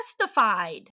testified